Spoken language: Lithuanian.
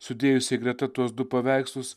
sudėjusiai greta tuos du paveikslus